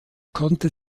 konnte